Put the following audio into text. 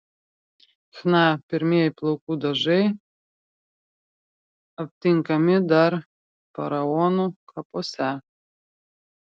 chna pirmieji plaukų dažai aptinkami dar faraonų kapuose